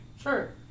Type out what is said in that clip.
sure